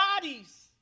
bodies